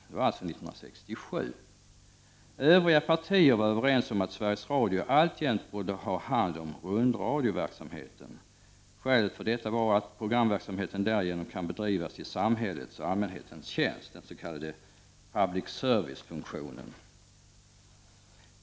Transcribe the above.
Det var alltså 1967. Övriga partier var överens om att Sveriges Radio alltjämt borde ha hand om rundradioverksamheten. Skälet för detta var att programverksamheten därigenom kan bedrivas i samhällets och allmänhetens tjänst, den s.k. public service-funktionen.